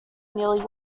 nearly